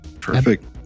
Perfect